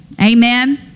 Amen